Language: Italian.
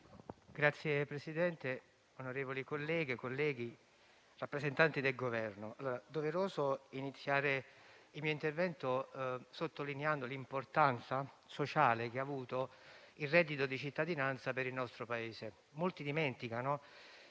Signor Presidente, onorevoli colleghe e colleghi, rappresentanti del Governo, trovo doveroso iniziare il mio intervento sottolineando l'importanza sociale che ha avuto il reddito di cittadinanza per il nostro Paese. Molti dimenticano